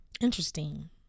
interesting